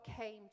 came